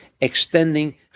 extending